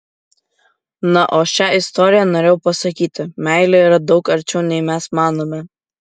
na o šia istorija norėjau pasakyti meilė yra daug arčiau nei mes manome